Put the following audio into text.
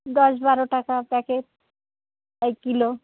দশ বারো টাকা প্যাকেট ওই কিলো